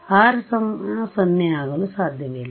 ಆದ್ದರಿಂದ R 0 ಅಗಲು ಸಾಧ್ಯವಿಲ್ಲ